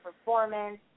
performance